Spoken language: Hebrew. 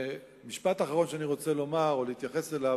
משפט אחרון שאני רוצה לומר הוא לעניין